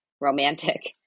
romantic